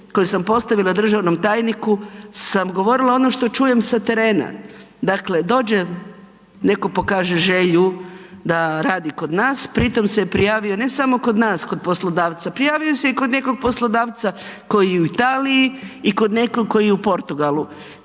koje sam postavila državnom tajniku sam govorila ono što čujem sa terena. Dakle, dođe, netko pokaže želju da radi kod nas, pritom se prijavio ne samo kod nas, kod poslodavca, prijavio se i kod nekog poslodavca koji je u Italiji i kod nekog koji je u Portugalu.